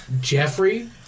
Jeffrey